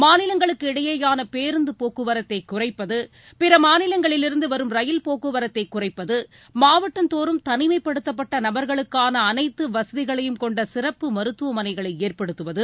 மாநிலங்களுக்கு இடையேயான பேருந்து போக்குவரத்தைக் குறைப்பது பிற மாநிலங்களிலிருந்து வரும் ரயில் போக்குவரத்தை குறைப்பது மாவட்டந்தோறும் தனிமைப்படுத்தப்பட்ட நபர்களுக்கான அனைத்து வசதிகளையும் கொண்ட சிறப்பு மருத்துவமனைகளை ஏற்படுத்தவது